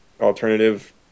alternative